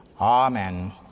Amen